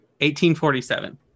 1847